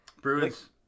Bruins